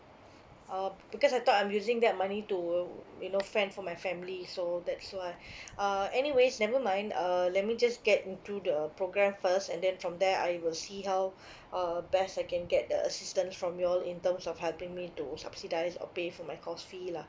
uh because I thought I'm using that money to you know fend for my family so that's why uh anyways never mind uh let me just get into the program first and then from there I will see how uh best I can get the assistance from you all in terms of helping me to subsidise or pay for my course fee lah